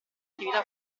attività